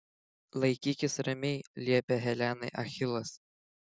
laikykis ramiai liepė helenai achilas